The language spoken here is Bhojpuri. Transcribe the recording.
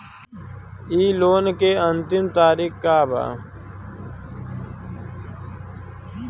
इ लोन के अन्तिम तारीख का बा?